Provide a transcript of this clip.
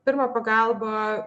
pirmą pagalbą